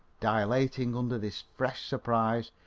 dilating under this fresh surprise,